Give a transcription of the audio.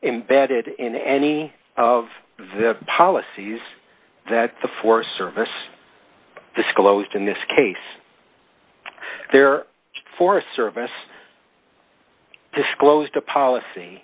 embedded in any of the policies that the forest service disclosed in this case their forest service disclosed a policy